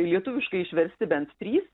lietuviškai išversti bent trys